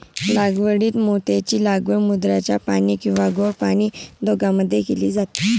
लागवडीत मोत्यांची लागवड समुद्राचे पाणी किंवा गोड पाणी दोघांमध्ये केली जाते